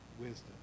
wisdom